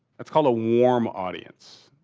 that's called a warm audience.